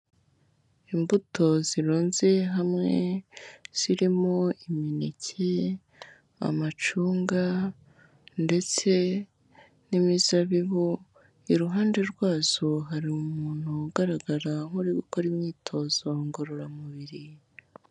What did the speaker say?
Imbuto zirunze hamwe, zirimo imineke, amacunga ndetse n'imizabibu, iruhande rwazo hari umuntu ugaragara nk'uri gukora imyitozo ngororamubiri.